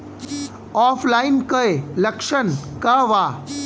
ऑफलाइनके लक्षण क वा?